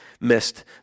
missed